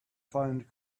find